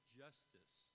justice